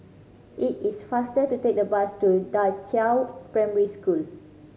it is faster to take the bus to Da Qiao Primary School